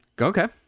okay